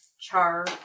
char